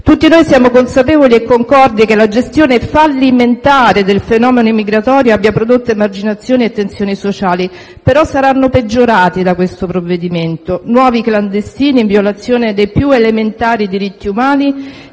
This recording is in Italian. Tutti noi siamo consapevoli e concordi sul fatto che la gestione fallimentare del fenomeno migratorio abbia prodotto emarginazione e tensioni sociali, che però saranno peggiorati da questo provvedimento: nuovi clandestini, in violazione dei più elementari diritti umani,